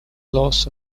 loss